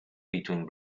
between